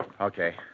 Okay